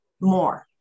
more